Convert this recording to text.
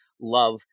love